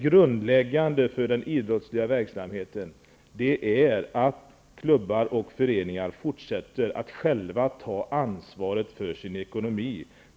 Grundläggande för den idrottsliga verksamheten är att klubbar och föreningar fortsätter att själva ta ansvar för sin ekonomi.